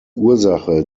ursache